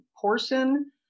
portion